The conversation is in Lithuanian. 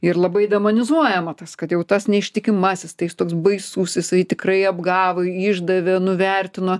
ir labai demonizuojama tas kad jau tas neištikimasis tai jis toks baisus jisai tikrai apgavo išdavė nuvertino